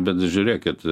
bet žiūrėkit